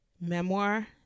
memoir